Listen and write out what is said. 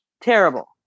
Terrible